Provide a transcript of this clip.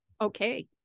Okay